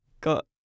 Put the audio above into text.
got